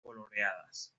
coloreadas